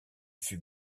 fut